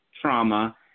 trauma